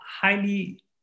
highly